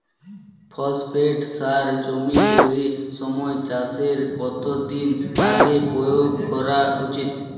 Phosphate সার জমি তৈরির সময় চাষের কত দিন আগে প্রয়োগ করা উচিৎ?